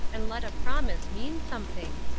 and let a promise mean something?